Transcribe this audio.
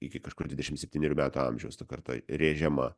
iki kažkur dvidešimt septynerių metų amžiaus ta karta rėžiama